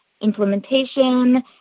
implementation